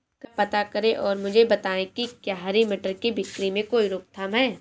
कृपया पता करें और मुझे बताएं कि क्या हरी मटर की बिक्री में कोई रोकथाम है?